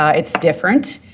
it's different,